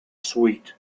sweet